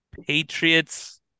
Patriots